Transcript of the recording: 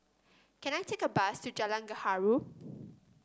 can I take a bus to Jalan Gaharu